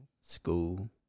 School